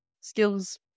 skills